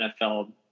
NFL –